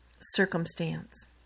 Circumstance